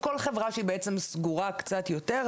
בעצם כל חברה שהיא סגורה קצת יותר,